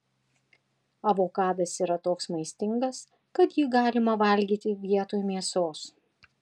avokadas yra toks maistingas kad jį galima valgyti vietoj mėsos